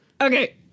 Okay